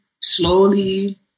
slowly